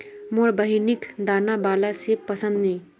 मोर बहिनिक दाना बाला सेब पसंद नी